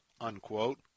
unquote